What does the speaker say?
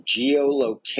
geolocation